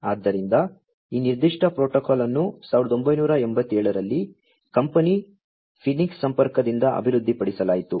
ಆದ್ದರಿಂದ ಈ ನಿರ್ದಿಷ್ಟ ಪ್ರೋಟೋಕಾಲ್ ಅನ್ನು 1987 ರಲ್ಲಿ ಕಂಪನಿ ಫೀನಿಕ್ಸ್ ಸಂಪರ್ಕದಿಂದ ಅಭಿವೃದ್ಧಿಪಡಿಸಲಾಯಿತು